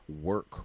work